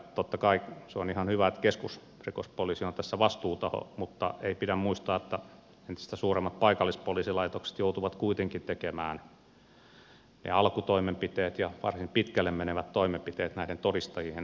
totta kai on ihan hyvä että keskusrikospoliisi on tässä vastuutaho mutta pitää muistaa että entistä suuremmat paikallispoliisilaitokset joutuvat kuitenkin tekemään ne alkutoimenpiteet ja varsin pitkälle menevät toimenpiteet näiden todistajien suojelussa